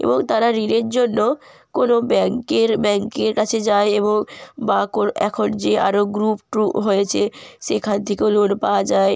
এবং তারা ঋণের জন্য কোনো ব্যাঙ্কের ব্যাঙ্কের কাছে যায় এবং বা কোনো এখন যে আরও গ্রুপ ট্রুপ হয়েছে সেখান থেকেও লোন পাওয়া যায়